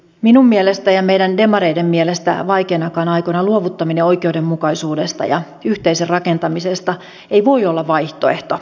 minun mielestäni ja meidän demareiden mielestä vaikeinakaan aikoina luovuttaminen oikeudenmukaisuudesta ja yhteisen rakentamisesta ei voi olla vaihtoehto